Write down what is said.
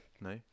No